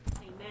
Amen